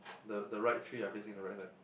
the the right tree are facing the right side